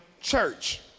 church